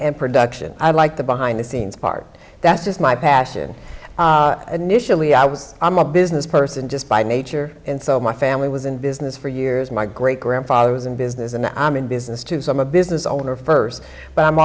film production i like the behind the scenes part that's just my passion initially i was i'm a business person just by nature and so my family was in business for years my great grandfather was in business and i'm in business to some a business owner first but i'm